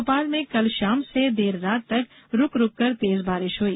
भोपाल में कल शाम से देर रात तक रूक रूक कर तेज बारिश हुई